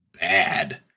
bad